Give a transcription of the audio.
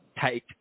take